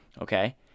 okay